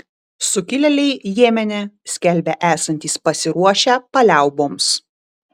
sukilėliai jemene skelbia esantys pasiruošę paliauboms